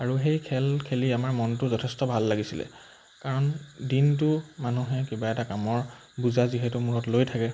আৰু সেই খেল খেলি আমাৰ মনটো যথেষ্ট ভাল লাগিছিলে কাৰণ দিনটো মানুহে কিবা এটা কামৰ বুজা যিহেতু মূৰত লৈ থাকে